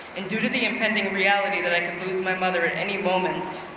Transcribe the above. and due to the impending reality that i can lose my mother at any moment,